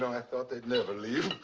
i thought they'd never leave.